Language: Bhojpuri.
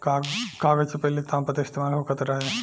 कागज से पहिले तामपत्र इस्तेमाल होखत रहे